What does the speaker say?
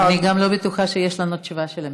אני גם לא בטוחה שיש לנו תשובה של הממשלה.